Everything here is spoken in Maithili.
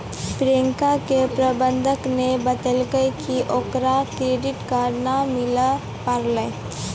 प्रियंका के प्रबंधक ने बतैलकै कि ओकरा क्रेडिट कार्ड नै मिलै पारै